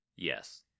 yes